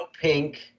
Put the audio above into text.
pink